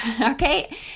okay